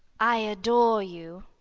i adore you.